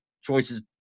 choices